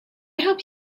help